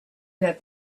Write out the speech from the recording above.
that